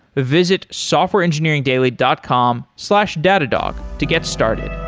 visit softwareengineeringdaily dot com slash datadog to get started